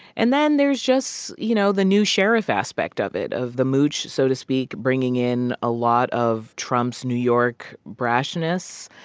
and then there's just, you know, the new sheriff aspect of it, of the mooch, so to speak, bringing in a lot of trump's new york brashness.